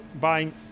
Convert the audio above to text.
buying